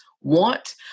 want